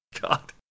God